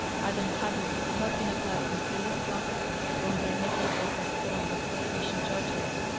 adam hadley had not been a person of the least consequence from their knickerbocker point of patrician judgment.